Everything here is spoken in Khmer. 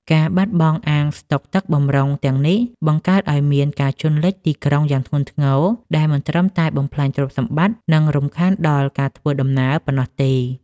ការបាត់បង់អាងស្តុកទឹកបម្រុងទាំងនេះ បង្កើតឱ្យមានការជន់លិចទីក្រុងយ៉ាងធ្ងន់ធ្ងរ ដែលមិនត្រឹមតែបំផ្លាញទ្រព្យសម្បត្តិ និងរំខានដល់ការធ្វើដំណើរប៉ុណ្ណោះទេ។